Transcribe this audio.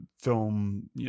film